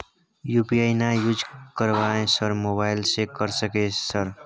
UPI ना use करवाएं sir mobile से कर सके सर?